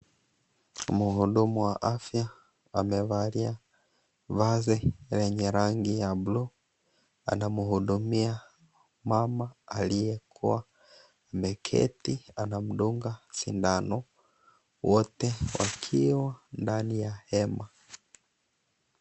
Mhudumu wa afya amevalia vazi lenye rangi ya bluu. Anamhudumia mama aliyekuwa ameketi. Anamdunga sindano wote wakiwa ndani ya hema.